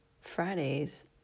Fridays